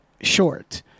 short